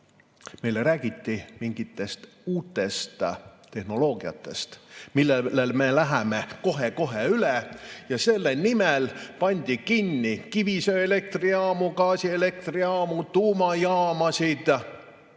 Meile räägiti mingitest uutest tehnoloogiatest, millele me läheme kohe-kohe üle, ja selle nimel pandi kinni kivisöeelektrijaamu, gaasielektrijaamu, tuumajaamasid.